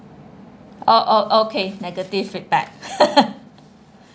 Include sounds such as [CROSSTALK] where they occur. oh oh okay negative feedback [LAUGHS]